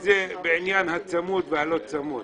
בעניין הצמוד והלא צמוד